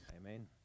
Amen